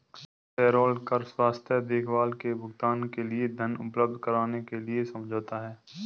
payroll कर स्वास्थ्य देखभाल के भुगतान के लिए धन उपलब्ध कराने के लिए समझौता है